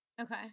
Okay